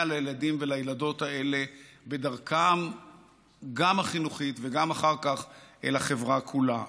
לילדים ולילדות האלה גם בדרכם החינוכית וגם אחר כך בחברה כולה.